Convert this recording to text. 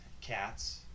cats